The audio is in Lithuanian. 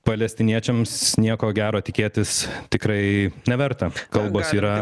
palestiniečiams nieko gero tikėtis tikrai neverta kalbos yra